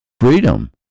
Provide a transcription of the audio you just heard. freedom